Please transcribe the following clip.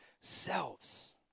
selves